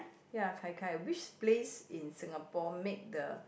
ya gai gai which place in Singapore make the